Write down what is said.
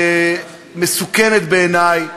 מסוכנת בעיני,